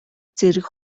зэрэг